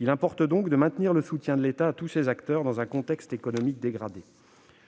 Il importe donc de maintenir le soutien de l'État à ces acteurs, dans un contexte économique dégradé.